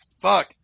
fuck